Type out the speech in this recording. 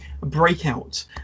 Breakout